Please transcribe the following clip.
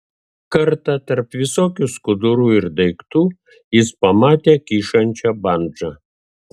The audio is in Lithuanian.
kartą tarp visokių skudurų ir daiktų jis pamatė kyšančią bandžą